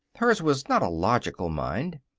hers was not a logical mind.